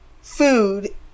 food